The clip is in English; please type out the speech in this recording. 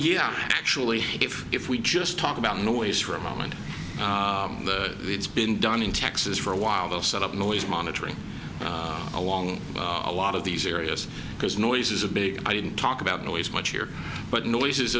yeah actually if if we just talk about noise for a moment it's been done in texas for a while they'll set up noise monitoring along a lot of these areas because noise is a big i didn't talk about noise much here but noise